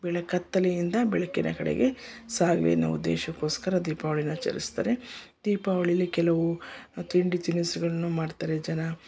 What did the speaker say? ಬೆಳ ಕತ್ತಲೆಯಿಂದ ಬೆಳಕಿನ ಕಡೆಗೆ ಉದ್ದೇಶಕ್ಕೋಸ್ಕರ ದೀಪಾವಳೀನ ಆಚರಿಸ್ತಾರೆ ದೀಪಾವಳೀಲಿ ಕೆಲವು ತಿಂಡಿ ತಿನಿಸುಗಳನ್ನು ಮಾಡ್ತಾರೆ ಜನ